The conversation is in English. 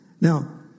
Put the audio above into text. Now